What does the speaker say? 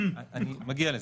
אני מגיע לזה.